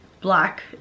black